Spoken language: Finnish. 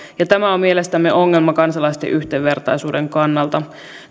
ja tämä on mielestämme ongelma kansalaisten yhdenvertaisuuden kannalta